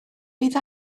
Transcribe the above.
bydd